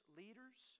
leaders